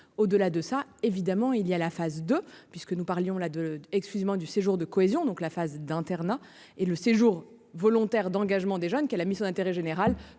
Au-delà de ça, évidemment il y a la phase de puisque nous parlions là de exclusivement du séjour de cohésion. Donc la phase d'internat et le séjour volontaire d'engagement des jeunes qui a la mission d'intérêt général